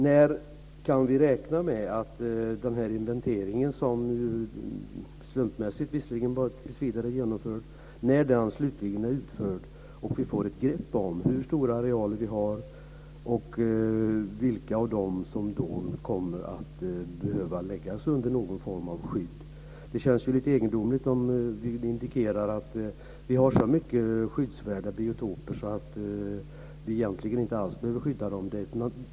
När kan vi räkna med att inventeringen slutligen är genomförd så att vi får en uppfattning om hur stora arealerna är och vilka av dem som behöver skyddas? Det känns lite egendomligt om vi indikerar att vi har så mycket skyddsvärda biotoper att de egentligen inte alls behöver skyddas.